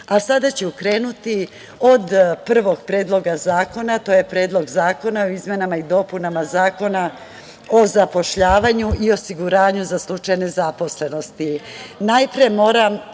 ću krenuti od prvog Predloga zakona, to je Predlog zakona o izmenama i dopunama Zakona o zapošljavanju i osiguranju za slučaj nezaposlenosti.